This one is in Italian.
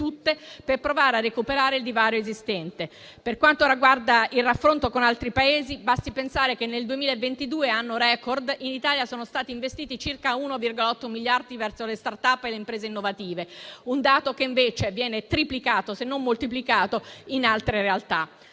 Per quanto riguarda il raffronto con altri Paesi, basti pensare che nel 2022, un anno *record*, in Italia sono stati investiti circa 1,8 miliardi sulle *start up* e le imprese innovative; un dato che invece viene triplicato, se non moltiplicato, in altre realtà.